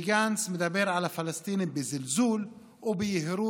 וגנץ מדבר על הפלסטינים בזלזול וביהירות